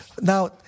Now